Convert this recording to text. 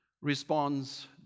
responds